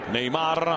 Neymar